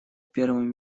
первым